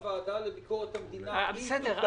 גם הכנסת יכולה ליזום